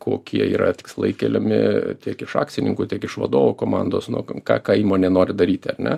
kokie yra tikslai keliami tiek iš akcininkų tiek iš vadovų komandos nu ką ką įmonė nori daryti ar ne